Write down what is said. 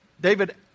David